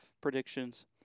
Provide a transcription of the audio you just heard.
predictions